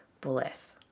bliss